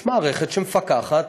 יש מערכת שמפקחת.